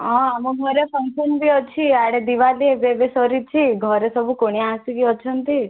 ହଁ ଆମ ଘରେ ଫଙ୍କସନ୍ ବି ଅଛି ଇଆଡ଼େ ଦିବାଲୀ ଏବେ ଏବେ ସରିଛି ଘରେ ସବୁ କୁଣିଆ ଆସିକି ଅଛନ୍ତି